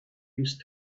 used